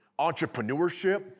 Entrepreneurship